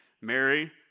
Mary